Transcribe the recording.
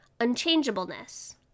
unchangeableness